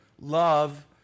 love